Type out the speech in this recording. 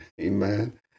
Amen